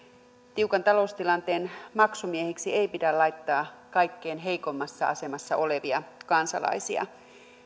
tiukan taloustilanteen maksumiehiksi ei pidä laittaa kaikkein heikoimmassa asemassa olevia kansalaisia